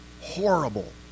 horrible